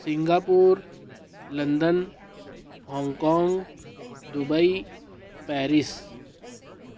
Singapore London Hong Kong dish Paris